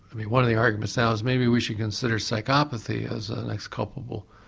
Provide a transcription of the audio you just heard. i mean one of the arguments now is maybe we should consider psychopathy as an exculpable.